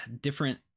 different